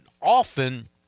often